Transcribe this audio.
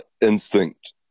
instinct